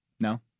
No